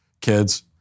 kids